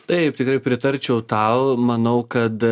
taip tikrai pritarčiau tau manau kad